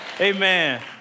Amen